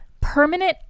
permanent